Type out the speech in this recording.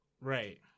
Right